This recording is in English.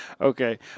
Okay